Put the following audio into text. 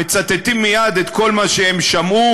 מצטטים מייד את כל מה שהם שמעו,